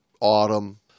autumn